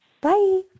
Bye